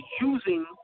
using